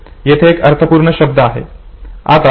येथे एक अर्थपूर्ण शब्द आहे